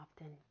often